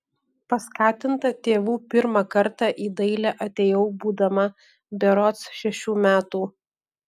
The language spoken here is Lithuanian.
paskatinta tėvų pirmą kartą į dailę atėjau būdama berods šešių metų